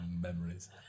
Memories